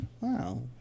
Wow